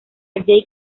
jake